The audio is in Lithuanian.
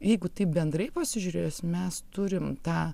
jeigu taip bendrai pasižiūrėjus mes turim tą